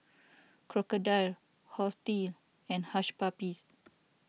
Crocodile Horti and Hush Puppies